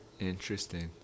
Interesting